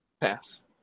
Pass